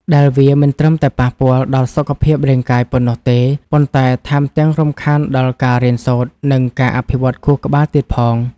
ដែលវាមិនត្រឹមតែប៉ះពាល់ដល់សុខភាពរាងកាយប៉ុណ្ណោះទេ ប៉ុន្តែថែមទាំងរំខានដល់ការរៀនសូត្រ និងការអភិវឌ្ឍខួរក្បាលទៀតផង។